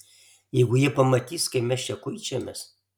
jeigu jie pamatys kaip mes čia kuičiamės